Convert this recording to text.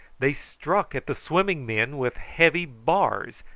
they struck at the swimming men with heavy bars,